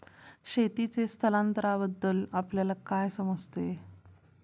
शेतीचे स्थलांतरबद्दल आपल्याला काय समजते?